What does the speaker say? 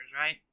right